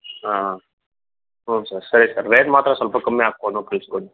ಹಾಂ ಹ್ಞೂ ಸರ್ ಸರಿ ಸರ್ ರೇಟ್ ಮಾತ್ರ ಸ್ವಲ್ಪ ಕಮ್ಮಿ ಹಾಕ್ಕೊಂಡು ಕಳಿಸ್ಕೊಡಿ